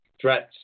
threats